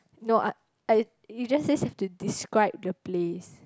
no I I you just say you have to describe the place